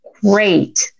great